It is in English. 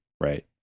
right